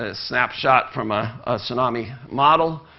ah snapshot from a tsunami model.